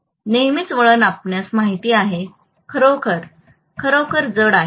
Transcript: नेहमीच वळण आपणास माहित आहे खरोखर खरोखर जड आहे